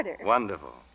Wonderful